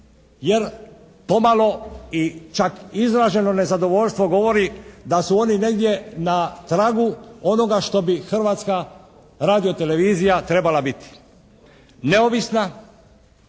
jer pomalo i čak izraženo nezadovoljstvo govori da su oni negdje na tragu onoga što bi Hrvatska radiotelevizija trebala biti. Neovisna,